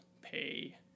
pay